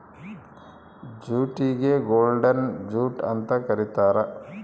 ಜೂಟಿಗೆ golden jute ಅಂತ ಕರೀತಾರ